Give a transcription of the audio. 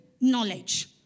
knowledge